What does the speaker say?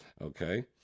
Okay